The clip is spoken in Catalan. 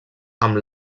amb